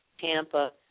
Tampa